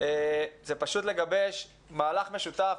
זה פשוט לגבש מהלך משותף,